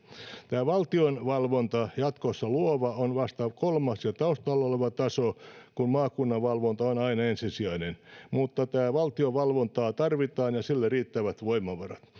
tämä valtion valvonta jatkossa luova on vasta kolmas jo taustalla oleva taso kun maakunnan valvonta on aina ensisijainen mutta tätä valtion valvontaa tarvitaan ja sille riittävät voimavarat